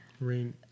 rain